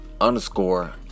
underscore